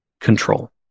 Control